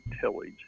tillage